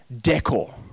Decor